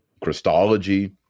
Christology